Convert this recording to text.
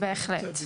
בהחלט.